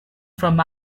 from